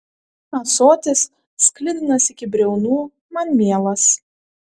ąsotis sklidinas iki briaunų man mielas